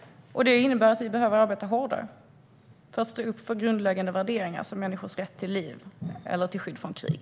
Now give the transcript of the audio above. Det innebär att vi behöver arbeta hårdare för att stå upp för grundläggande värderingar som människors rätt till liv eller till skydd från krig.